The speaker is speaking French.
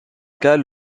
cas